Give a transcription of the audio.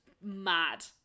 mad